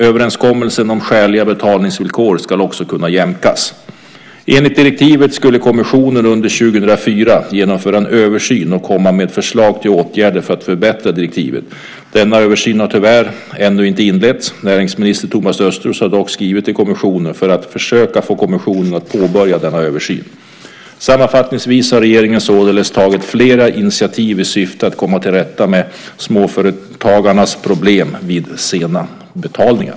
Överenskommelser om oskäliga betalningsvillkor ska också kunna jämkas. Enligt direktivet skulle kommissionen under år 2004 genomföra en översyn och komma med förslag till åtgärder för att förbättra direktivet. Denna översyn har tyvärr ännu inte inletts. Näringsminister Thomas Östros har dock skrivit till kommissionen för att försöka få kommissionen att påbörja denna översyn. Sammanfattningsvis har regeringen således tagit flera initiativ i syfte att komma till rätta med småföretagarnas problem vid sena betalningar.